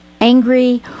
angry